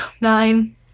nine